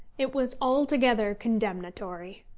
it was altogether condemnatory.